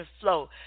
flow